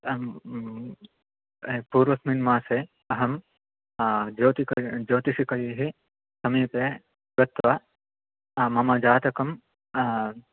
पूर्वस्मिन् मासे अहं ज्योतिक ज्योतिषिकैः समीपे गत्वा मम जातकं